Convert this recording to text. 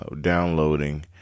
downloading